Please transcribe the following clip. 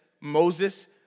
Moses